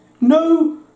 no